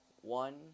one